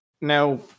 now